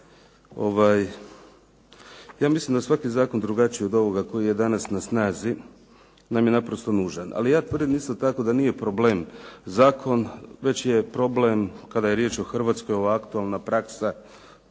Ja mislim da je svaki zakon drugačiji koji je danas na snazi naime naprosto nužan. Ali ja tvrdim isto tako da nije problem zakon, već je problem kada je riječ o Hrvatskoj ova aktualna praksa